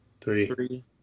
three